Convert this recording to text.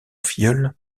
filleul